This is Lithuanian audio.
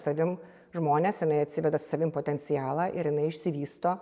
savim žmones jinai atsiveda su savim potencialą ir jinai išsivysto